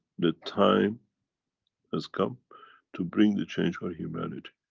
the time has come to bring the change for humanity.